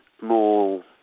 more